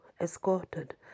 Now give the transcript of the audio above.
escorted